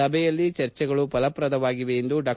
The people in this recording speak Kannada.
ಸಭೆಯಲ್ಲಿ ಚರ್ಚೆಗಳು ಫಲಪ್ರದವಾಗಿವೆ ಎಂದು ಡಾ